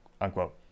unquote